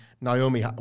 Naomi